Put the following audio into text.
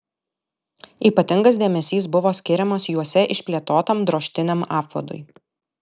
ypatingas dėmesys buvo skiriamas juose išplėtotam drožtiniam apvadui